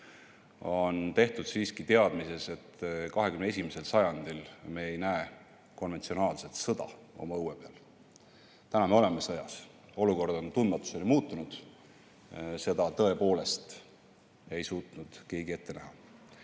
on tehtud siiski teadmises, et 21. sajandil me ei näe konventsionaalset sõda oma õue peal. Täna me oleme sõjas, olukord on tundmatuseni muutunud. Seda ei suutnud tõepoolest keegi